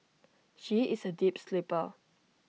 she is A deep sleeper